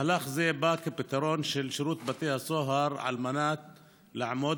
מהלך זה בא כפתרון של שירות בתי הסוהר על מנת לעמוד